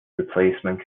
replacement